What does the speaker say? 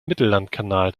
mittellandkanal